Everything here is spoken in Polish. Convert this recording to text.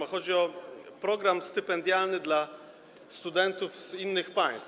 A chodzi o program stypendialny dla studentów z innych państw.